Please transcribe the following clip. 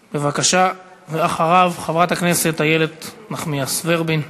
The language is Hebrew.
בבקשה, ואחריו, חברת הכנסת איילת נחמיאס ורבין.